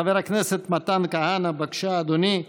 חבר הכנסת מתן כהנא, בבקשה, אדוני,